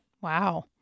Wow